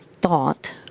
thought